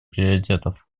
приоритетов